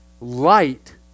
Light